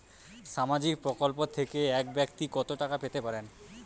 সামাজিক প্রকল্প থেকে এক ব্যাক্তি কত টাকা পেতে পারেন?